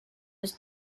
was